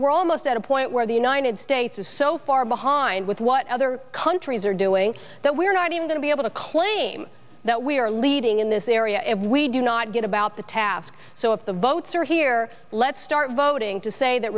we're almost at a point where the united states is so far behind with what other countries are doing that we're not even going to be able to claim that we are leading in this area if we do not get about the task so if the votes are here let's start voting to say that